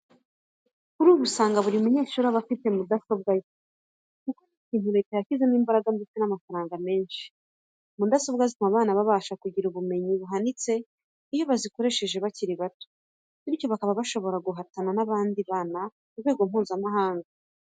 Kuri ubu usanga buri munyeshuri afite mudasobwa ye kuko ni ikintu Leta yashyizemo imbaraga ndetse n'amafaranga menshi. Mudasobwa zituma abana babasha kugira ubumenyi buhanitse iyo bazikoresheje bakiri bato, bityo bakaba bashobora guhatana n'abandi bana ku rwego Mpuzamahanga.